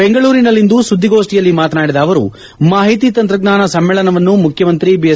ಬೆಂಗಳೂರಿನಲ್ಲಿಂದು ಸುದ್ದಿಗೋಷ್ಠಿಯಲ್ಲಿ ಮಾತನಾಡಿದ ಅವರು ಮಾಹಿತಿ ತಂತ್ರಜ್ಞಾನ ಸಮ್ನೇಳನವನ್ನು ಮುಖ್ಯಮಂತ್ರಿ ಬಿಎಸ್